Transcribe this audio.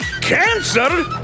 Cancer